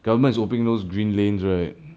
government is opening those green lanes right